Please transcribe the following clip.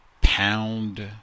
pound